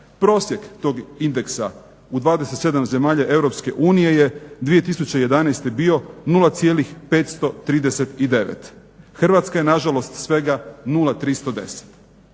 Prosjek tog indeksa u 27 zemalja Europske unije je 2011. bio 0,539, Hrvatska je nažalost svega 0,310.